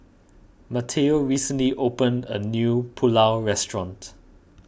Mateo recently opened a new Pulao Restaurant